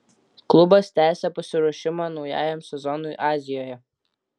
klubas tęsia pasiruošimą naujajam sezonui azijoje